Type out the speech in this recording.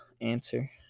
answer